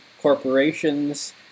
corporations